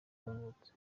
yavutse